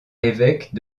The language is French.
évêque